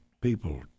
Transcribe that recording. people